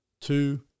two